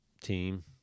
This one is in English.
team